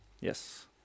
Yes